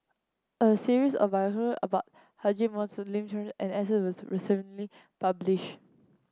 a series of biographies about Haji Ambo Lim Chor and S was recently published